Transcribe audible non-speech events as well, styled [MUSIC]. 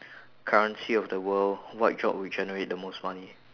[BREATH] currency of the world what job would generate the most money